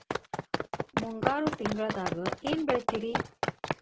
ಮುಂಗಾರು ತಿಂಗಳದಾಗ ಏನ್ ಬೆಳಿತಿರಿ?